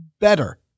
better